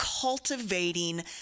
cultivating